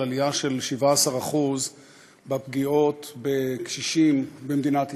על עלייה של 17% בפגיעות בקשישים במדינת ישראל.